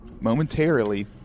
momentarily